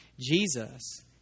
Jesus